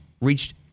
reached